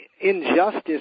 injustice